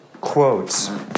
quotes